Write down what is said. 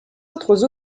autres